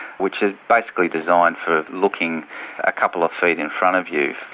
which is basically designed for looking a couple of feet in front of you.